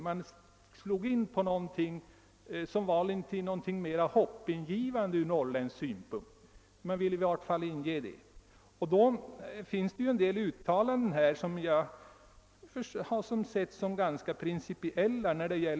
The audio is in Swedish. Man skulle slå in på någonting som var mera hoppingivande ur norrländsk synvinkel. Man ville i vart fall skapa det intrycket. En del av inrikesministrarnas uttalanden har jag ansett vara ganska principiella.